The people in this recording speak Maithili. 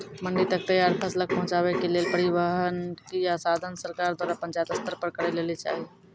मंडी तक तैयार फसलक पहुँचावे के लेल परिवहनक या साधन सरकार द्वारा पंचायत स्तर पर करै लेली चाही?